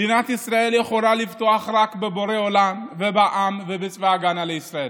מדינת ישראל יכולה לבטוח רק בבורא עולם ובעם ובצבא ההגנה לישראל.